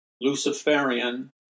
Luciferian